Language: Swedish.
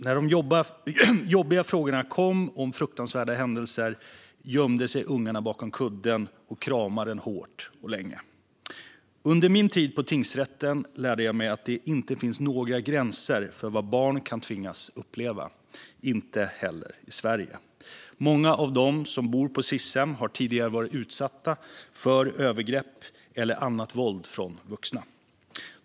När de jobbiga frågorna kom om fruktansvärda händelser gömde sig ungarna bakom kudden och kramade den hårt och länge. Under min tid på tingsrätten lärde jag mig att det inte finns några gränser för vad barn kan tvingas uppleva, inte heller i Sverige. Många av dem som bor på Sis-hem har tidigare varit utsatta för övergrepp eller annat våld från vuxna.